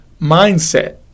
mindset